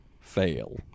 fail